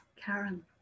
Karen